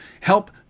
help